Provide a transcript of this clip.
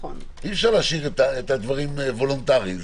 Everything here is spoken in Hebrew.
אי-אפשר להשאיר את הדברים וולונטריים,